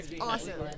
awesome